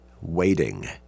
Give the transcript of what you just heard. waiting